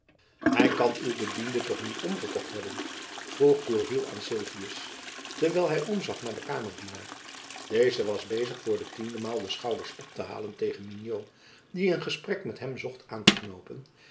hy kan uw bediende toch niet omgekocht hebben vroeg gourville aan sylvius terwijl hy omzag naar den kamerdienaar deze was bezig voor de tiende maal de schouders op te halen tegen mignot die een gesprek met hem zocht aan te knoopen